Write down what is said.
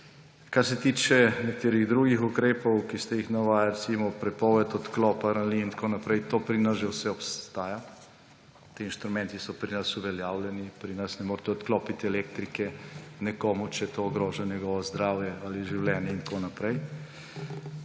Kar se tiče nekaterih drugih ukrepov, ki ste jih navajali, recimo prepoved odklopa ranljivim in tako naprej; to pri nas že obstaja, ti inštrumenti so pri nas uveljavljeni. Pri nas ne morete odklopiti elektrike nekomu, če to ogroža njegovo zdravje ali življenje in tako naprej.